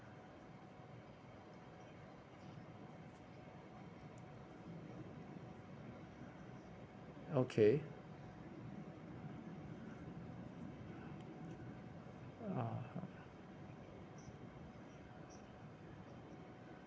okay (uh huh)